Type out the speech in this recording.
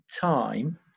time